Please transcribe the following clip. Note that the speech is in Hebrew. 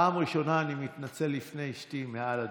בפעם הראשונה אני מתנצל בפני אשתי מעל הדוכן.